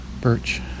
Birch